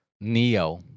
Neo